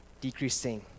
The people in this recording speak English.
decreasing